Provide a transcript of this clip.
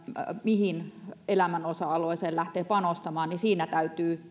mihin elämän osa alueeseen lähteä panostamaan täytyy